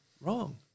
wrong